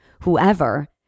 whoever